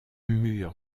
mur